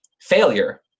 failure